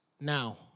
now